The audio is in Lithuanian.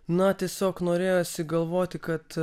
na tiesiog norėjosi galvoti kad